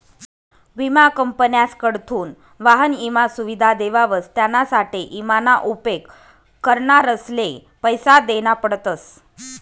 विमा कंपन्यासकडथून वाहन ईमा सुविधा देवावस त्यानासाठे ईमा ना उपेग करणारसले पैसा देना पडतस